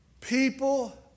People